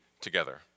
together